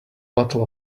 bottle